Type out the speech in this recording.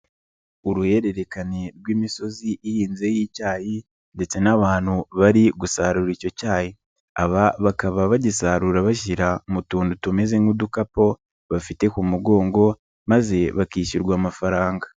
Uruhererekane rw'imisozi ihinzeho icyayi ndetse n'abantu bari gusarura icyo cyayi, aba bakaba bagisarura bashyira mu tuntu tumeze nk'udukapu bafite ku mugongo, maze bakishyurwa amafaranga.